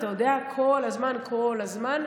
כל הזמן,